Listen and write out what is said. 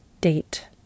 date